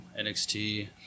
NXT